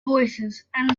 voicesand